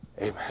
Amen